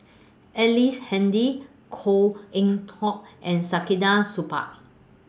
Ellice Handy Koh Eng Hoon and Saktiandi Supaat